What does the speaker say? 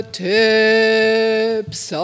tips